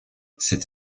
cette